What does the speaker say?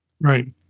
Right